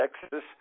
Texas